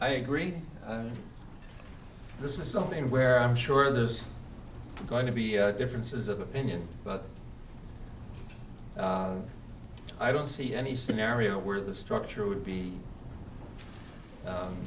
i agree this is something where i'm sure there's going to be differences of opinion but i don't see any scenario where the structure would be